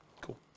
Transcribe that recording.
Cool